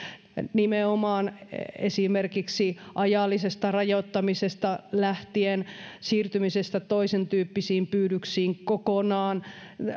esimerkiksi ajallisesta rajoittamisesta lähtien siirtymisestä toisen tyyppisiin pyydyksiin kokonaan